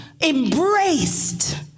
embraced